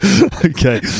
Okay